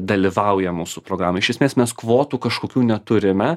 dalyvauja mūsų programoj iš esmės mes kvotų kažkokių neturime